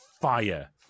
fire